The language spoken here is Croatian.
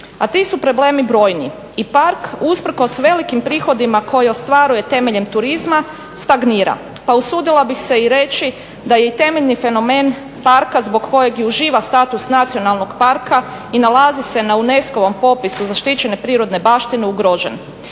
A ti su problemi brojni i park usprkos velikim prihodima koje ostvaruje temeljem turizma stagnira pa usudila bih se i reći da je i temeljni fenomen parka zbog kojeg i uživa status nacionalnog parka i nalazi se na UNESCO-vom popisu zaštićene prirodne baštine ugrožen.